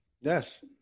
Yes